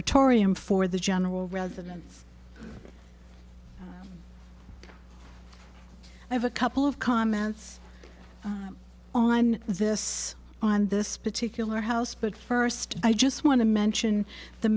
torreon for the general residents i have a couple of comments on this on this particular house but first i just want to mention the